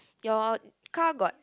your car got